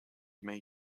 may